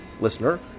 listener